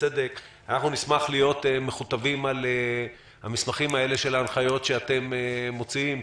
נשמח להיות מכותבים על המסמכים האלה של ההנחיות שאתם מוציאים,